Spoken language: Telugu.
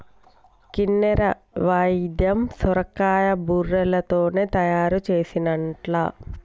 కిన్నెర వాయిద్యం సొరకాయ బుర్రలతోనే తయారు చేసిన్లట